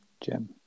Jim